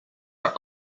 are